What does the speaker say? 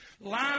Life